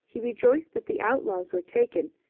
he rejoiced that the outlaws were taken,